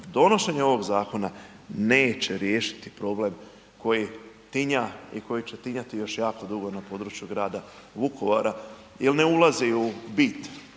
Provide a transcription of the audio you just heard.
donošenje ovog zakona neće riješiti problem koji tinja i koji će tinjati još jako dugo na području grada Vukovara jer ne ulazi u bit,